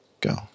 go